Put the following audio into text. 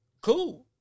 Cool